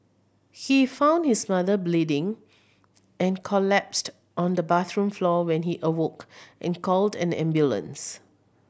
he found his mother bleeding and collapsed on the bathroom floor when he awoke and called an ambulance